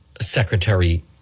Secretary